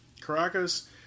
Caracas